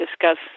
discuss